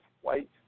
white